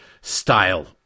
style